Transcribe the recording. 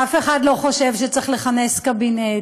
אף אחד לא חושב שצריך לכנס קבינט.